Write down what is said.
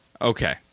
Okay